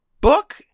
book